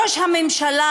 ראש הממשלה,